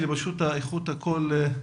פשוט איכות הקול גרועה,